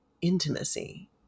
intimacy